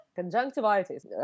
conjunctivitis